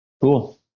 Cool